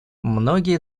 многие